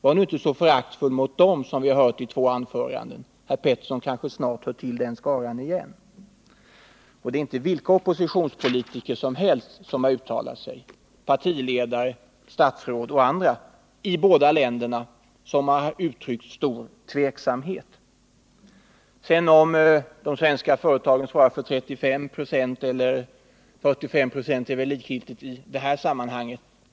Var inte så föraktfull mot dem som i de två anföranden vi nu lyssnat till; herr Petersson kanske snart hör till den skaran igen. Det är inte vilka oppositionspolitiker som helst som har uttalat sig. Det är partiledare, statsråd och andra i båda länderna som har uttryckt stor tveksamhet. Om de svenska företagen svarar för 35 eller 45 96 är väl likgiltigt i det här sammanhanget.